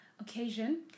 occasion